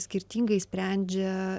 skirtingai sprendžia